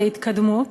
התקדמות,